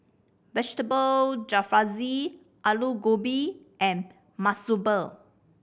Vegetable Jalfrezi Alu Gobi and Monsunabe